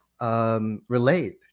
Relate